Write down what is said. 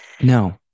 no